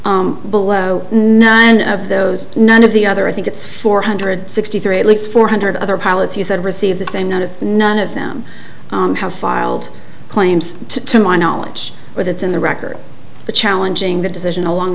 briefing below none of those none of the other i think it's four hundred sixty three at least four hundred other pilots he said receive the same note it's none of them have filed claims to my knowledge but it's in the record challenging the decision along